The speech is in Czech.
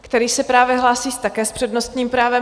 Který se právě hlásí také s přednostním právem.